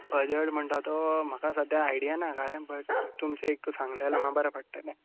budget म्हटणा तो म्हाका सद्याक आयडिया ना कांय बट तुमचें एक तूं सांगल्या जाल्यार म्हाका बरें पडटलें